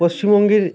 পশ্চিমবঙ্গের